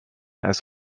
als